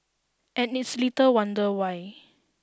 and it's little wonder why